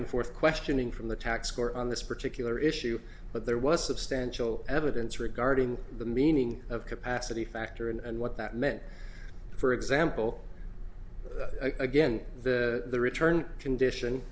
and forth questioning from the tax court on this particular issue but there was substantial evidence regarding the meaning of capacity factor and what that meant for example again the return condition